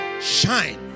shine